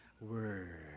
word